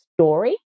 story